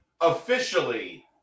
officially